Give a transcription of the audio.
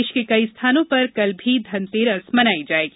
प्रदेश के कई स्थानों पर कल भी धरतेरस मनाई जाएगी